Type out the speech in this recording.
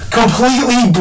completely